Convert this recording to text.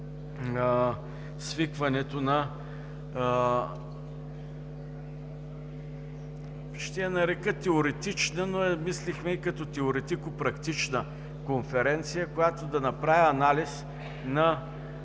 практична конференция, която да направи анализ на